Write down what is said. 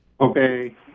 Okay